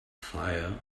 fire